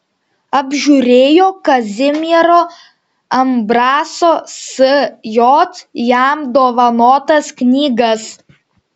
apžiūrėjo kazimiero ambraso sj jam dovanotas knygas